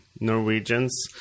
Norwegians